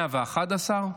111,